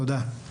תודה.